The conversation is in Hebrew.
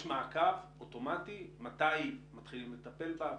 יש מעקב אוטומטי מתי מתחילים לטפל בה?